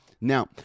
Now